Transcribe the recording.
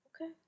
Okay